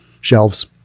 shelves